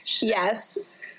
yes